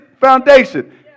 foundation